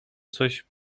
coś